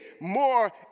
more